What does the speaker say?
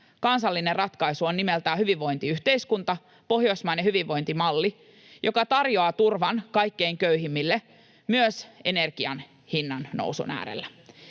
kansallinen ratkaisu on nimeltään hyvinvointiyhteiskunta, pohjoismainen hyvinvointimalli, joka tarjoaa turvan kaikkein köyhimmille myös energian hinnannousun äärellä.